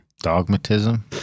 Dogmatism